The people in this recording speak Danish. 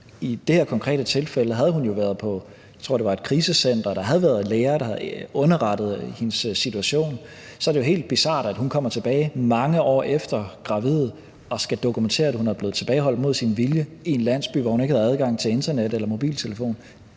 I det her konkrete tilfælde havde hun jo været på, jeg tror, det var et krisecenter, og der var læger, der havde underrettet om hendes situation, og så er det jo helt bizart, at hun kommer tilbage mange år efter, gravid, og skal dokumentere, at hun er blevet tilbageholdt mod sin vilje i en landsby, hvor hun ikke havde adgang til internet eller mobiltelefon.